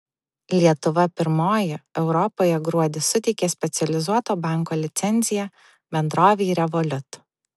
lietuva pirmoji europoje gruodį suteikė specializuoto banko licenciją bendrovei revolut